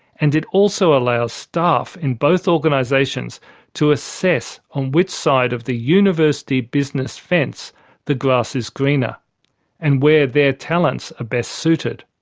and it also allows staff in both organizations to assess empirically on which side of the university business fence the grass is greenest and where their talents are best suited.